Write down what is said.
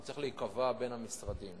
צריך להיקבע בין המשרדים.